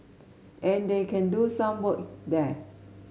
and they can do some work there